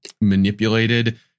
manipulated